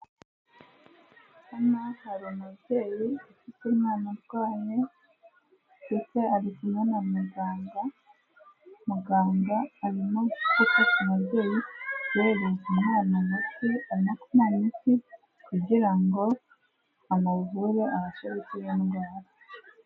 Hano hari umubyeyi ufite umwana urwaye ndetse ari kumwe na muganga, muganga arimo gufasha umubyeyi guhereza umwana umuti, arimo kumuha umuti kugira ngo amuvure abashe gukira indwara.